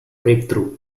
breakthrough